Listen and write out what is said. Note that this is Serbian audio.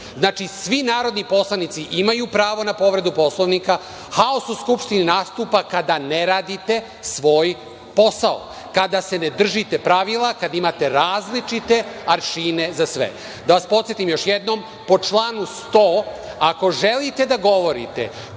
govori. Znači, svi narodni poslanici imaju pravo na povredu Poslovnika. Haos u Skupštini nastupa kada ne radite svoj posao, kada se ne držite pravila, kada imate različite aršine za sve. Da vas podsetim još jednom, po članu 100, ako želite da govorite,